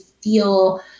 feel